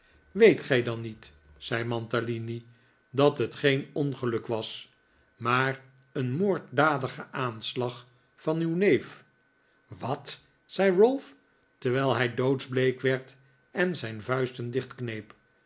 weet gij dan niet zei mantalini dat het geen ongeluk was maar een moorddadige aanslag van uw neef wat zei ralph terwijl hij doodsbleek werd en zijn vuisten